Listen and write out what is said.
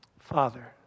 Father